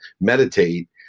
meditate